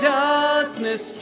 darkness